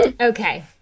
okay